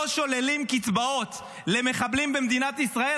שוללים קצבאות למחבלים במדינת ישראל?